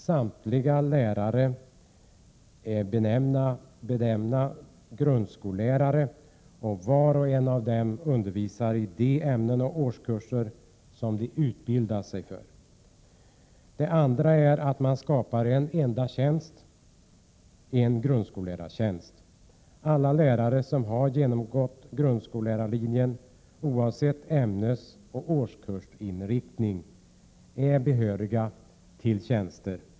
Samtliga lärare benämns ”grundskollärare” och var och en av dem undervisar i de ämnen och årskurser som de utbildat sig för. b) att skapa en enda tjänst, en grundskollärartjänst. Alla lärare som har genomgått grundskollärarlinjen — oavsett ämnesoch årskursinriktning — är behöriga till tjänster.